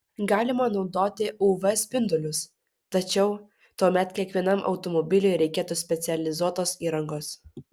galima naudoti uv spindulius tačiau tuomet kiekvienam automobiliui reikėtų specializuotos įrangos